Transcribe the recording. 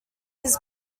his